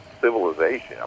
civilization